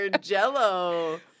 jello